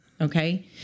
Okay